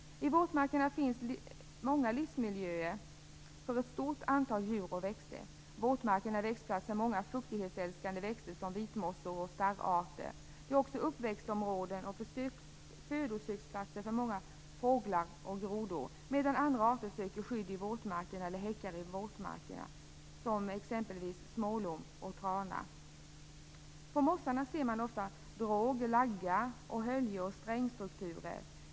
I våtmarkerna finns många livsmiljöer för ett stort antal djur och växter. Våtmarken är växtplats för många fuktighetsälskande växter såsom vitmossor och starrarter. De är också uppväxtområden och födosöksplatser för många fåglar och grodor, medan andra arter söker skydd i våtmarkerna eller häckar i våtmarken. Som exempel kan nämnas smålom och trana. På mossarna ser man ofta dråg, lagga och höljeoch strängstrukturer.